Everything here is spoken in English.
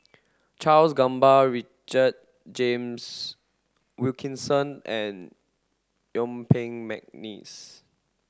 Charles Gamba Richard James Wilkinson and Yuen Peng McNeice